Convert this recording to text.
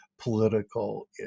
political